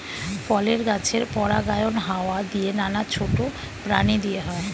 ফলের গাছের পরাগায়ন হাওয়া দিয়ে, নানা ছোট প্রাণী দিয়ে হয়